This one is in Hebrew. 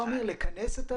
לכנס?